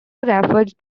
referred